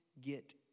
get